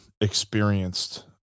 experienced